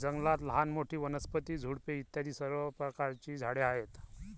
जंगलात लहान मोठी, वनस्पती, झुडपे इत्यादी सर्व प्रकारची झाडे आहेत